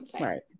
right